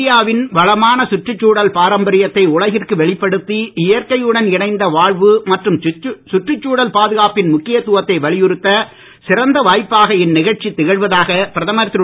இந்தியாவின் வளமான சுற்றுச்சூழல் பாரம்பரியத்தை உலகிற்கு வெளிப்படுத்தி இயற்கையுடன் இணைந்த வாழ்வு மற்றும் சுற்றுச்சூழல் பாதுகாப்பின் முக்கியத்துவத்தை வலியுறுத்த சிறந்த வாய்ப்பாக இந்நிகழ்ச்சி திகழ்வதாக பிரதமர் திரு